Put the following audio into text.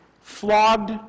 flogged